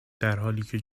درحالیکه